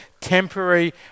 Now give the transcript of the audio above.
temporary